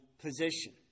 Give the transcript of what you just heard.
position